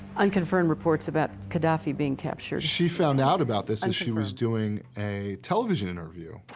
unconfirmed reports about gaddafi being captured. she found out about this as she was doing a television interview.